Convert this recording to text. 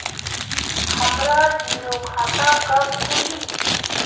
हमरा जीरो खाता कब खुली?